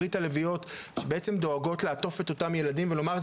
ברית הלביאות היא בעצם דואגת לעטוף את אותם ילדים ולומר,